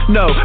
no